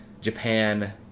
Japan